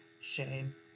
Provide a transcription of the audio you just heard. Shame